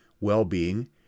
well-being